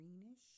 greenish